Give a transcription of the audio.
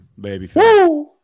Babyface